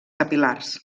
capil·lars